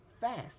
fast